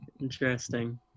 Interesting